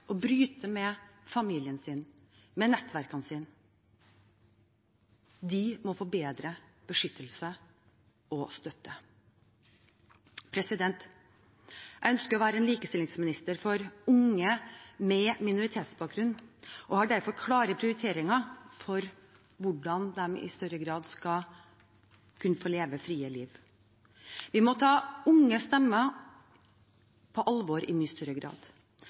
bryte med familie og nettverk, må få bedre beskyttelse og støtte. Jeg ønsker å være en likestillingsminister for unge med minoritetsbakgrunn og har derfor klare prioriteringer for hvordan de i større grad skal kunne få leve et fritt liv. Vi må i mye større grad ta unge stemmer på alvor. Vi har mange viktige unge stemmer i